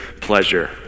pleasure